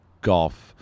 golf